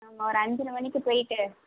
ஆமாம் ஒரு அஞ்சரை மணிக்கு போய்விட்டு